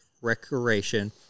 recreation